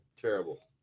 terrible